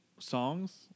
Songs